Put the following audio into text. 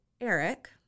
Eric